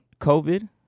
COVID